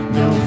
no